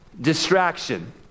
distraction